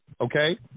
okay